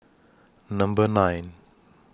Number nine